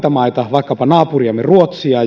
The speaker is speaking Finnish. vaikkapa naapuriimme ruotsiin ja